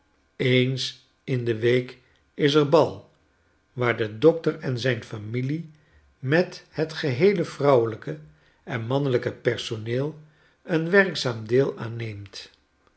eens in de week is er bal waar de dokter en zijn familie met het geheele vrouwelijke en mannelijke personeel een werkzaam deel aan neemt